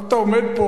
עכשיו אתה עומד פה,